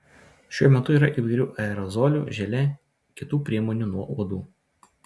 šiuo metu yra įvairių aerozolių želė kitų priemonių nuo uodų